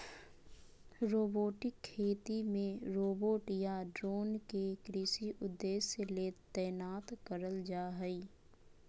robotic खेती मे robot या ड्रोन के कृषि उद्देश्य ले तैनात करल जा हई